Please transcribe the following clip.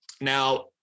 now